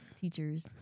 Teachers